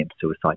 suicide